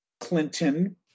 Clinton